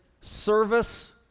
service